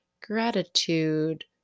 gratitude